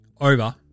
over